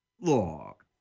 Look